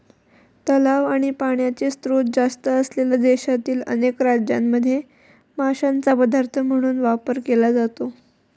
तलाव आणि पाण्याचे स्त्रोत जास्त असलेल्या देशातील अनेक राज्यांमध्ये माशांचा पदार्थ म्हणून वापर केला जातो